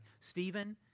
Stephen